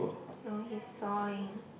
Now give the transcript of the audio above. no he's sawing